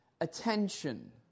Attention